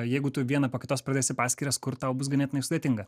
jeigu tu vieną po kitos pradėsi paskyras kurt tau bus ganėtinai sudėtinga